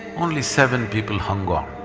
only seven people hung on.